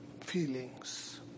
feelings